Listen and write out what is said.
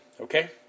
Okay